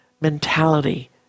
mentality